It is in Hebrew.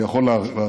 אני יכול להרחיב,